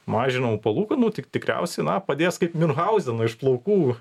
mažinamų palūkanų tik tikriausiai na padės kaip miunhauzenui už plaukų